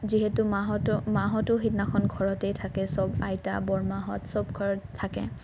যিহেতু মাহঁতো মাহঁতো সেইদিনাখন ঘৰতেই থাকে চব আইতা বৰমাহঁত চব ঘৰত থাকে